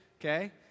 okay